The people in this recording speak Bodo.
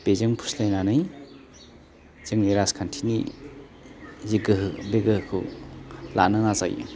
बेजों फुस्लायनानै जोंनि राजखान्थिनि जे गोहो बे गोहोखौ लानो नाजायो